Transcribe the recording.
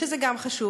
שגם זה חשוב,